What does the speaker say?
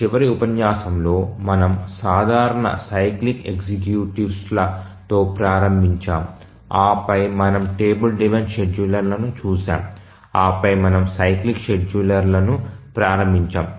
చివరి ఉపన్యాసంలో మనము సాధారణ సైక్లిక్ ఎగ్జిక్యూటివ్లతో ప్రారంభించాము ఆ పై మనము టేబుల్ డ్రివెన్ షెడ్యూలర్ను చూశాము ఆ పై మనము సైక్లిక్ షెడ్యూలర్ను ప్రారంభించాము